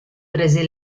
prese